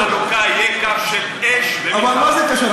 שקו החלוקה יהיה קו של אש, אבל מה זה קשור?